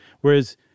whereas